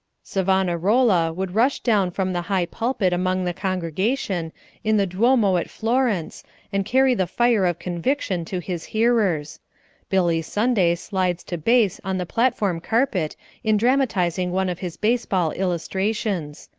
savonarola would rush down from the high pulpit among the congregation in the duomo at florence and carry the fire of conviction to his hearers billy sunday slides to base on the platform carpet in dramatizing one of his baseball illustrations.